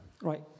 Right